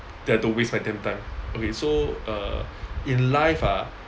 ya don't waste my damn time okay so uh in life ah